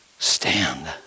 Stand